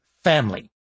family